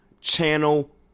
Channel